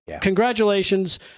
congratulations